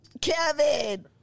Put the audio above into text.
Kevin